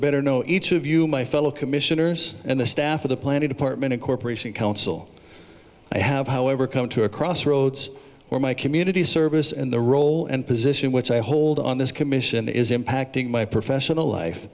better know each of you my fellow commissioners and the staff of the planning department of corporation council i have however come to a crossroads where my community service and the role and position which i hold on this commission is impacting my professional life